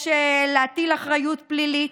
יש להטיל אחריות פלילית,